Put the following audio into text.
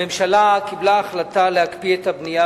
הממשלה קיבלה החלטה להקפיא את הבנייה